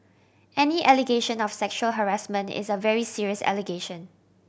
any allegation of sexual harassment is a very serious allegation